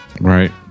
Right